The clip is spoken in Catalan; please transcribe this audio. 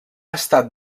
estat